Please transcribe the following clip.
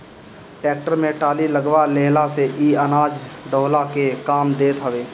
tractor में trolley लगवा लेहला से इ अनाज ढोअला के काम देत हवे